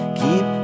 keep